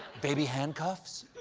baby handcuffs?